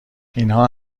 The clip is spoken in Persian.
اینها